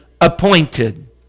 appointed